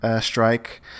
strike